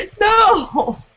No